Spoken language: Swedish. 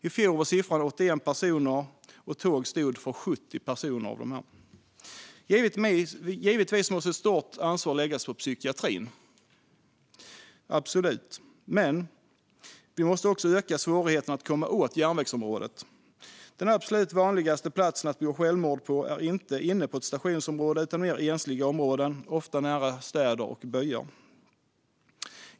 I fjol var siffran 81 personer, och i 70 fall var tåg inblandat. Givetvis måste ett stort ansvar läggas på psykiatrin, men vi måste också öka svårigheten att komma åt järnvägsområdet. Den absolut vanligaste platsen att begå självmord på är inte inne på ett stationsområde utan i mer ensliga områden, ofta nära städer och byar.